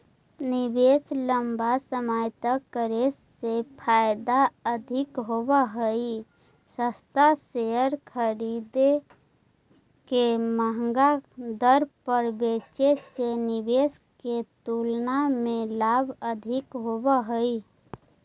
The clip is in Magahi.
निवेश लंबा समय तक करे से फायदा अधिक होव हई, सस्ता शेयर खरीद के महंगा दर पर बेचे से निवेश के तुलना में लाभ अधिक होव हई